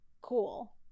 cool